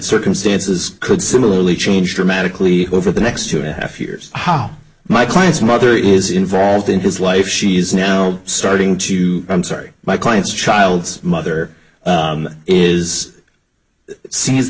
circumstances could similarly change dramatically over the next to a half years how my clients mother is involved in his life she is now starting to i'm sorry my client's child's mother is seen as